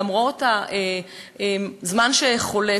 למרות הזמן שחולף.